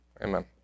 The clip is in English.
Amen